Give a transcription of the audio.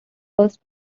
first